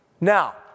Now